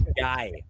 guy